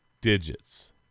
digits